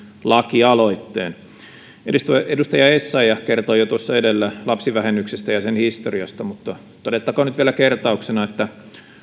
laki aloitteen edustaja essayah kertoi jo tuossa edellä lapsivähennyksestä ja sen historiasta mutta todettakoon nyt vielä kertauksena että